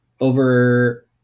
over